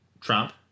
Trump